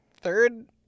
third